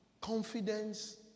confidence